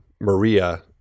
Maria